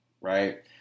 right